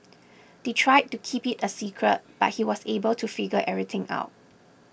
they tried to keep it a secret but he was able to figure everything out